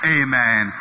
amen